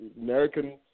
American